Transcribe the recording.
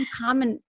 common